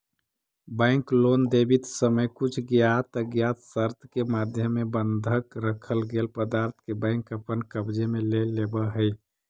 bank loan देवित समय कुछ ज्ञात अज्ञात शर्त के माध्यम से बंधक रखल गेल पदार्थ के बैंक अपन कब्जे में ले लेवऽ हइ